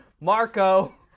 Marco